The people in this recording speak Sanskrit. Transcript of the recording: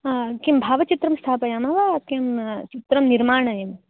हा किं भावचित्रं स्थापयामः वा किं चित्रं निर्माणयेत्